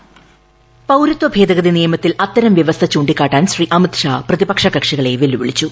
voice പൌരത്വ ഭേദഗതി നിയമത്തിൽ അത്തരം വ്യവസ്ഥ ചൂണ്ടിക്കാട്ടാൻ ശ്രീ അമിത് ഷാ പ്രതിപക്ഷ കക്ഷികളെ വെല്ലുവിളിച്ചു